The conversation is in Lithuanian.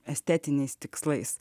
estetiniais tikslais